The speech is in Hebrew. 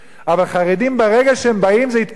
אבל חרדים, ברגע שהם באים, זו התפרעות,